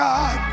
God